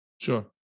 Sure